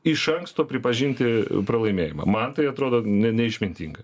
iš anksto pripažinti pralaimėjimą man tai atrodo ne neišmintinga